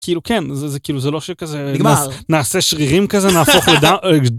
כאילו, כן, זה זה כאילו, זה לא שכזה... נגמר. נעשה שרירים כזה, נהפוך ל...